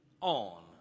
on